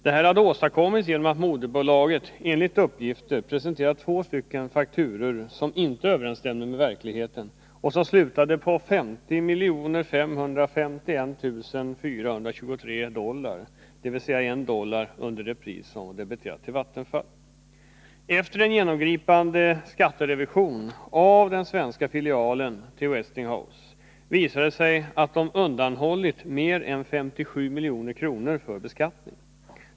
Detta hade åstadkommits genom att moderbolaget enligt uppgift presenterat två fakturor — vilka inte överensstämde med verkligheten — som slutade på 50 551 423 dollar, dvs. 1 dollar under det belopp som företaget hade debiterat Vattenfall. Efter en genomgripande skatterevision av den svenska filialen till Westinghouse visade det sig att man undanhållit mer än 57 milj.kr. från beskattning.